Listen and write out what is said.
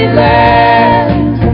land